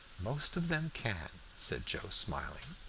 most of them can, said joe, smiling.